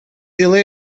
ele